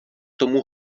tomu